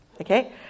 Okay